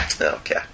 Okay